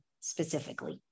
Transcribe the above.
specifically